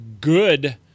good